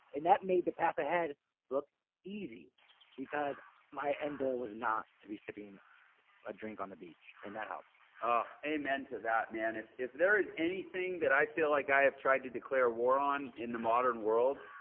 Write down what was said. and that made the path ahead look easy because my end goal was not to be sipping a drink on the beach. and that helps. jeff lerner amen to that, man, if if there is anything that i feel like i have tried to declare war on in the modern world,